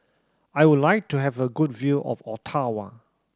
I would like to have a good view of Ottawa